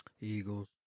Eagles